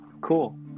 Cool